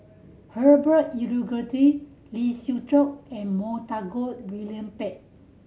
Herbert Lee Siew Choh and Montague William Pett